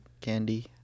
candy